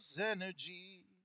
energy